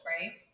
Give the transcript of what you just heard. right